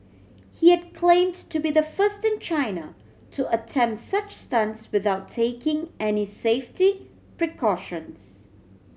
he had claim to to be the first in China to attempt such stunts without taking any safety precautions